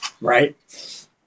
Right